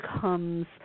comes